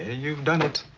ah you've done it.